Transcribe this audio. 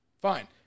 Fine